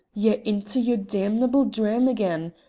ye're into your damnable dwaam again.